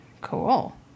cool